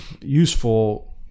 useful